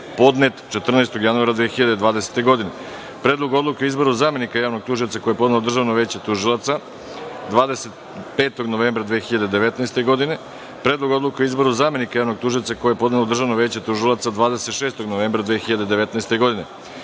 podnet 14. januara 2020. godine;6. Predlog odluke o izboru zamenika javnog tužioca, koji je podnelo Državno veće tužilaca, od 25. novembra 2019. godine;7. Predlog odluke o izboru zamenika javnog tužioca, koji je podnelo Državno veće tužilaca, od 26. novembra 2019. godine;8.